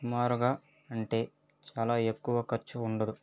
సుమారుగా అంటే చాలా ఎక్కువ ఖర్చు ఉండదు